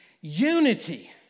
Unity